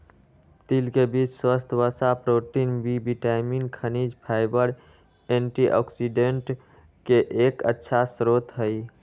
तिल के बीज स्वस्थ वसा, प्रोटीन, बी विटामिन, खनिज, फाइबर, एंटीऑक्सिडेंट के एक अच्छा स्रोत हई